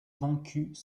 vaincus